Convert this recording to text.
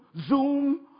Zoom